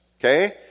okay